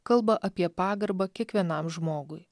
kalba apie pagarbą kiekvienam žmogui